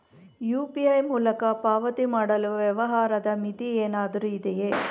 UPI ಮೂಲಕ ಪಾವತಿ ಮಾಡಲು ವ್ಯವಹಾರದ ಮಿತಿ ಏನಾದರೂ ಇದೆಯೇ?